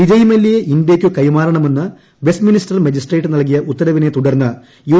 വിജയ്മല്യയെ ഇന്ത്യയ്ക്കു കൈമാറണമെന്ന് Westminster magistrate നൽകിയ ഉത്തരവിനെ തുടർന്ന് യു